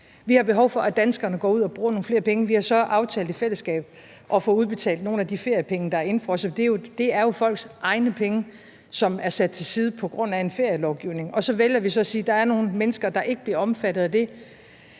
Vi har behov for, at danskerne går ud og bruger nogle flere penge. Vi har så aftalt i fællesskab at få udbetalt nogle af de feriepenge, der er indefrosset; det er jo folks egne penge, som er sat til side på grund af en ferielovgivning. Så vælger vi så at sige, at der er nogle mennesker, der ikke bliver omfattet af det,